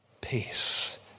Peace